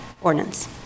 ordinance